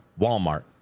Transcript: Walmart